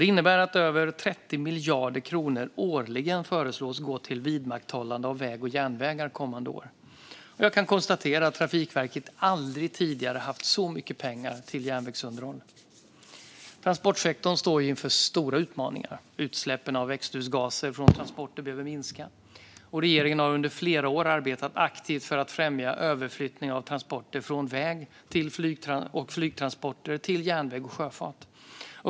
Det innebär att över 30 miljarder kronor årligen föreslås att gå till vidmakthållande av vägar och järnvägar kommande år. Jag kan konstatera att Trafikverket aldrig tidigare har haft så mycket pengar till järnvägsunderhåll. Transportsektorn står inför stora utmaningar. Utsläppen av växthusgaser från transporter behöver minska. Regeringen har under flera år arbetat aktivt för att främja överflyttning av transporter från väg och flygtransporter till järnväg och sjöfart.